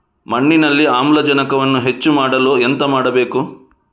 ಮಣ್ಣಿನಲ್ಲಿ ಆಮ್ಲಜನಕವನ್ನು ಹೆಚ್ಚು ಮಾಡಲು ಎಂತ ಮಾಡಬೇಕು?